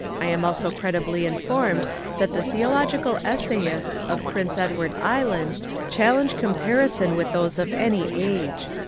i am also credibly informed that the theological es sayists of prince edward island challenge com parison with those of any age.